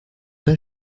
pas